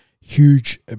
huge